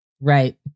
Right